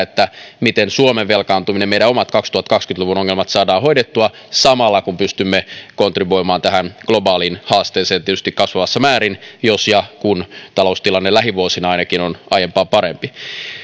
miten suomen velkaantuminen meidän omat kaksituhattakaksikymmentä luvun ongelmat saadaan hoidettua samalla kun pystymme kontribuoimaan tähän globaaliin haasteeseen tietysti kasvavassa määrin jos ja kun taloustilanne lähivuosina ainakin on aiempaa parempi